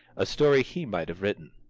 a story he might have written.